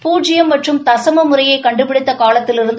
பூஜ்யம் மற்றும் தசம முறையை கண்டுபிடித்த காலத்திலிருந்து